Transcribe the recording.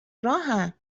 راهن